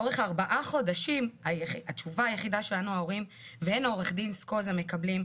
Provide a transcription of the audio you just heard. לאורך ארבעה חודשים התשובה היחידה שלנו ההורים והן עו"ד סקוזה מקבלים,